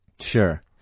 Sure